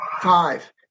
five